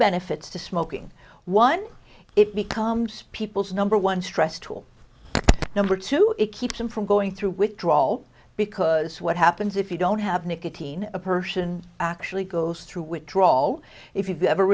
benefits to smoking one it becomes people's number one stress tool number two it keeps him from going through withdrawal because what happens if you don't have nicotine a person actually goes through withdrawal if you ever